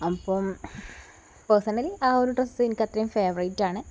അപ്പോള് പേഴ്സണലി ആ ഒരു ഡ്രസ്സ് എനിക്കത്രയും ഫേവറേറ്റ് ആണ്